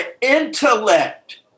intellect